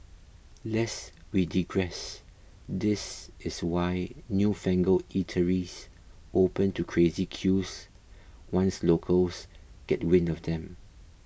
lest we digress this is why newfangled eateries open to crazy queues once locals get wind of them